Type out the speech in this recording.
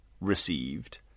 received